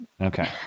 Okay